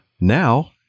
now